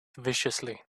viciously